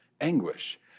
anguish